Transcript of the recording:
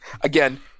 Again